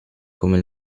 come